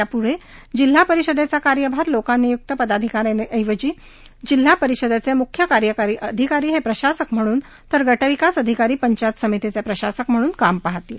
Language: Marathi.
या पुढे जिल्हा परिषदेचा कार्यभार लोकनियुक्त पदाधिकाऱ्यां ऐवजी जिल्हा परिषदेचे मुख्य कार्यकारी अधिकारी हे प्रशासक म्हणून तर गटविकास अधिकारी पंचायत समितीचे प्रशासक म्हणून कार्य पाहतील